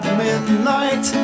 midnight